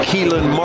Keelan